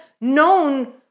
known